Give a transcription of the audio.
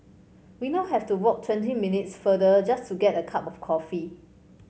we now have to walk twenty minutes farther just to get a cup of coffee